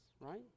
right